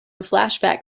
flashback